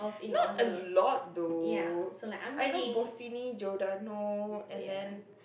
not a lot though I know Bossini Giordano and then